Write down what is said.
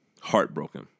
heartbroken